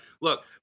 look